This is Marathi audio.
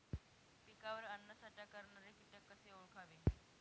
पिकावर अन्नसाठा करणारे किटक कसे ओळखावे?